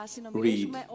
Read